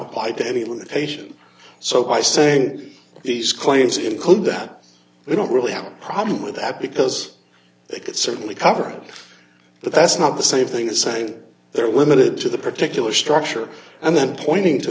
apply to any limitation so by saying these claims include that we don't really have a problem with that because they could certainly cover it but that's not the same thing as saying they're limited to the particular structure and then pointing to